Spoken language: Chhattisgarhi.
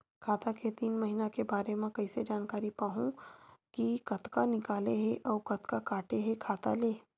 खाता के तीन महिना के बारे मा कइसे जानकारी पाहूं कि कतका निकले हे अउ कतका काटे हे खाता ले?